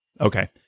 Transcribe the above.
Okay